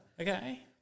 Okay